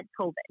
COVID